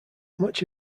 much